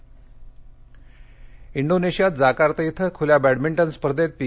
सिंधुः इंडोनेशियात जाकार्ता इथं खुल्या बॅडमिंटन स्पर्धेत पी